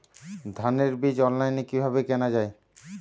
ধানের বীজ অনলাইনে কিভাবে কেনা যায়?